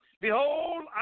Behold